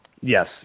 Yes